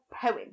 poem